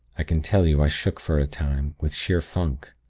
i can tell you, i shook for a time, with sheer funk.